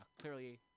Clearly